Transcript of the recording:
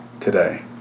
today